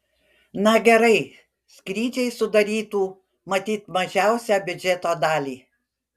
na gerai skrydžiai sudarytų matyt mažiausią biudžeto dalį